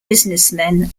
businessmen